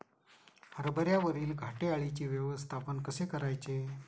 हरभऱ्यावरील घाटे अळीचे व्यवस्थापन कसे करायचे?